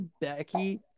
Becky